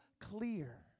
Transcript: clear